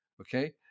okay